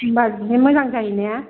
होनब्ला जि मोजां जायो ना